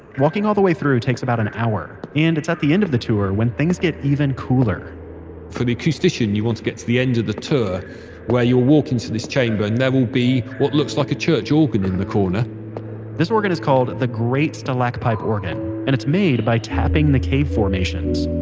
walking all the way through takes about an hour, and it's at the end of the tour when things get even cooler for the acoustician, you want to get to the end of the tour where you're walking into this chamber, and there will be what looks like a church organ in the corner this organ is called the great stalacpipe organ and it's made by tapping the cave formations.